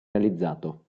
realizzato